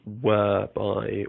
whereby